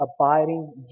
abiding